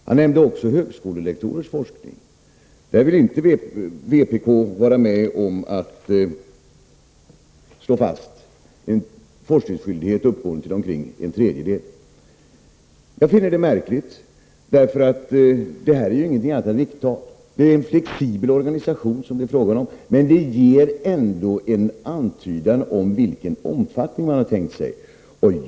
Han nämnde också högskolelektorernas forskning. Men vänsterpartiet ville inte vara med om att slå fast en forskningsskyldighet uppgående till omkring en tredjedel av tjänsten. Jag finner detta märkligt. Det handlar ju endast om ett riktmärke. Det handlar om en flexibel organisation, men denna angivelse skulle ändå ge en antydan om vilken omfattning man hade tänkt sig.